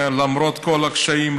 למרות כל הקשיים,